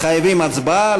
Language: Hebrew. מחייבת הצבעה,